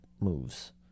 moves